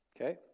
Okay